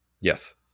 yes